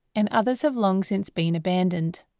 and others have long since been abandoned.